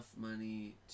money